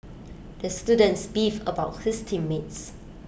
the student beefed about his team mates